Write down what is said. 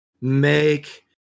make